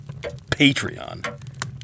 Patreon